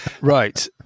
Right